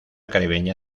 caribeña